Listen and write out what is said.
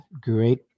great